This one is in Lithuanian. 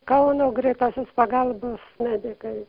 kauno greitosios pagalbos medikai